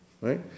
right